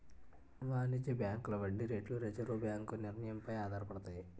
వాణిజ్య బ్యాంకుల వడ్డీ రేట్లు రిజర్వు బ్యాంకు నిర్ణయం పై ఆధారపడతాయి